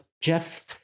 Jeff